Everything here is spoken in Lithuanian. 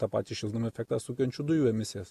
ta patį šiltnamio efektą sukeliančių dujų emisijas